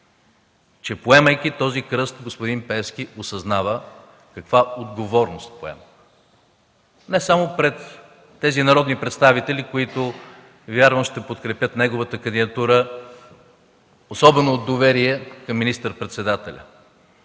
че поемайки този кръст, господин Пеевски осъзнава каква отговорност поема не само пред тези народни представители, които вярвам, ще подкрепят неговата кандидатура, особено доверието на министър-председателя.